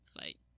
fight